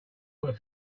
but